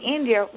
India